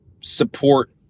support